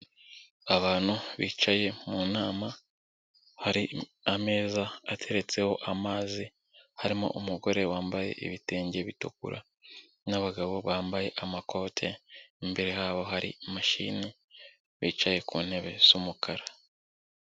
Abantu bicaye mu nama, hari ameza ateretseho amazi, harimo umugore wambaye ibitenge bitukura n'abagabo bambaye amakote, imbere habo hari imashini, bicaye ku ntebe z'umukara.